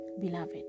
Beloved